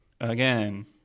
again